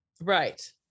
Right